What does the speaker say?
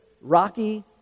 rocky